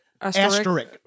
Asterisk